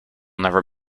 never